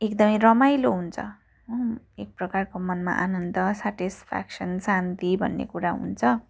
एकदमै रमाइलो हुन्छ एक प्रकारको मनमा आनन्द सेटिसफेक्सन शान्ति भन्ने कुरा हुन्छ